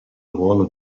ruolo